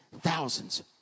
thousands